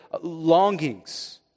longings